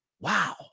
wow